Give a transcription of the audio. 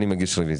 אני מגיש רוויזיה.